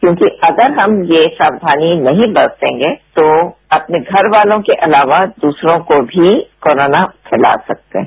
क्योंकि अगर हम ये सावधानी नहीं बरतेंगे तो अपने घरवालों के अलावा दूसरों को भी कोरोना फैला सकते हैं